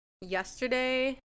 yesterday